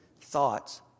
thoughts